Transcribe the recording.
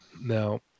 Now